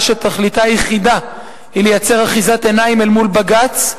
שתכליתה היחידה היא לייצר אחיזת עיניים אל מול בג"ץ,